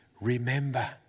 remember